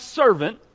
servant